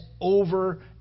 over